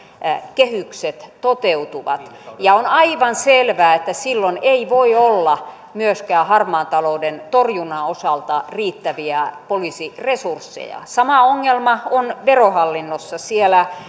kehykset toteutuvat ja on aivan selvää että silloin ei voi olla myöskään harmaan talouden torjunnan osalta riittäviä poliisiresursseja sama ongelma on verohallinnossa siellä